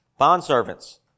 Bondservants